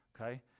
okay